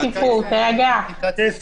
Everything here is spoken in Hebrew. הסתייגות מס' 32. מי בעד ההסתייגות?